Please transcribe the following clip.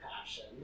passion